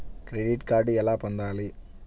Credit card ఎలా పొందాలి?